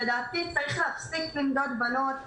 לדעתי צריך להפסיק למדוד בנות,